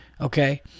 okay